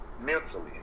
mentally